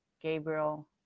Gabriel